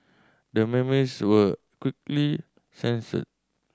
the memes were quickly censored